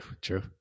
true